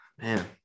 man